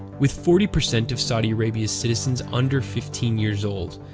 with forty percent of saudi arabia's citizens under fifteen years old,